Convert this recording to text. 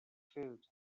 food